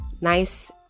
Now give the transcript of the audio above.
nice